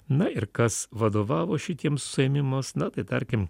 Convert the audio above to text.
na ir kas vadovavo šitiems suėmimas na tarkim